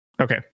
Okay